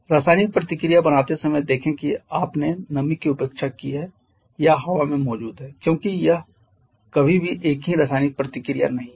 रासायनिक प्रतिक्रिया बनाते समय देखें कि आपने नमी की उपेक्षा की है या हवा में मौजूद है क्योंकि यह कभी भी एक ही रासायनिक प्रतिक्रिया नहीं है